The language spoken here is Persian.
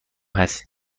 هست